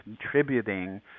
contributing